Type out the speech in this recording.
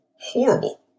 horrible